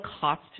cost